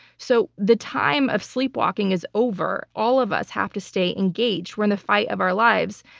so the time of sleepwalking is over. all of us have to stay engaged. we're in the fight of our lives.